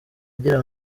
agira